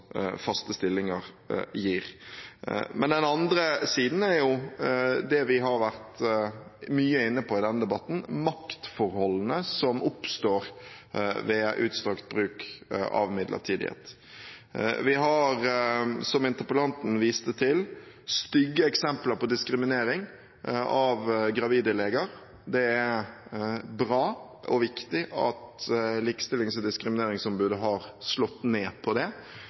faste stillinger gir. Den andre siden er det vi har vært mye inne på i denne debatten, maktforholdene som oppstår ved utstrakt bruk av midlertidighet. Vi har, som interpellanten viste til, stygge eksempler på diskriminering av gravide leger. Det er bra og viktig at Likestillings- og diskrimineringsombudet har slått ned på det,